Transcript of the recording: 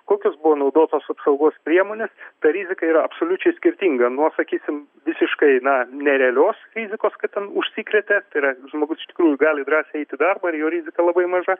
kokios buvo naudotos apsaugos priemonės ta rizika yra absoliučiai skirtinga nuo sakysim visiškai na nerealios rizikos kad ten užsikrėtė tai yra žmogus iš tikrųjų gali drąsiai eit į darbą ir jo rizika labai maža